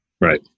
right